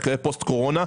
פוסט קורונה,